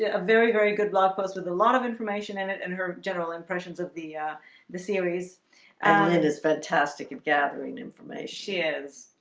ah a very very good blog post with a lot of information in it and her general impressions of the the series and it is fantastic of gathering information